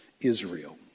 Israel